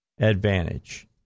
advantage